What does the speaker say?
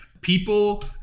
People